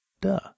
Duh